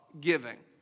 giving